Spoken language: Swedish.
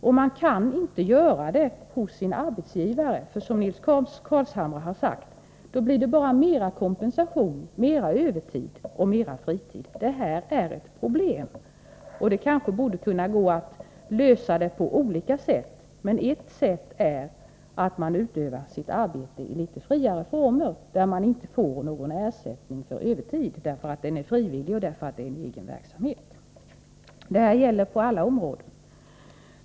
Men man kan inte göra det hos sin arbetsgivare, för då blir det bara, som Nils Carlshamre har sagt, mera kompensation, mera övertid och mera fritid. Detta är ett problem man kanske kan lösa på olika sätt, men ett sätt är att man utövar sitt arbete i litet friare former, där man inte får någon ersättning för övertid, därför att insatsen är frivillig och egen verksamhet. Detta gäller för alla områden.